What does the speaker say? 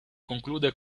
conclude